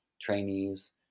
trainees